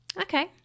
Okay